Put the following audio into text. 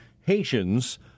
Haitians